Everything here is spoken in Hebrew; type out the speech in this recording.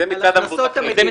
אז זה מצד המבוטחים.